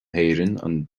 héireann